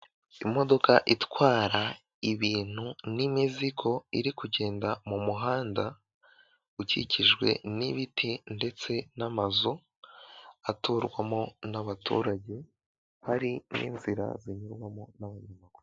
Imodoka itwara ibintu n'imizigo iri kugenda mu muhanda ukikijwe n'ibiti ndetse n'amazu aturwamo n'abaturage, hari n'inzira zinyurwamo n'abanyamaguru.